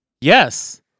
yes